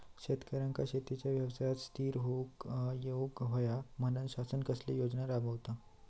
शेतकऱ्यांका शेतीच्या व्यवसायात स्थिर होवुक येऊक होया म्हणान शासन कसले योजना राबयता?